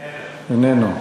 איננו.